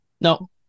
no